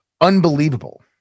unbelievable